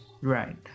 Right